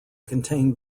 contain